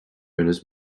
owners